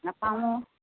নাপাও অ'